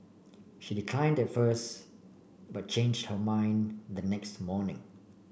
she decline at first but change her mind the next morning